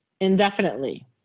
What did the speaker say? indefinitely